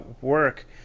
work